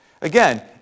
Again